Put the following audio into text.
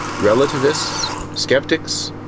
relativists, skeptics,